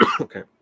Okay